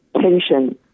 tension